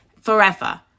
forever